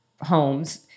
homes-